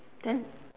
then